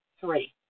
three